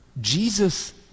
Jesus